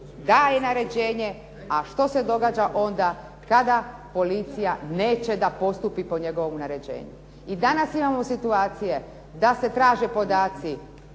daje naređenje a što se događa onda kada policija neće da postupi po njegovom naređenju. I danas imamo situacije da se traže podaci